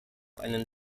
einen